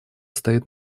стоит